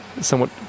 somewhat